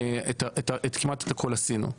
כמעט את הכל עשינו.